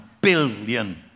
billion